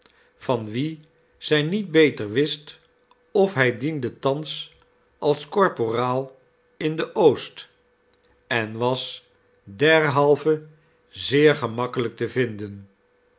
van wien zij niet beter wist of hij diende thans als korporaal in de oost en was derhalve zeer gemakkelijk te vinden